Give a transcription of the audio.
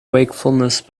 wakefulness